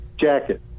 jacket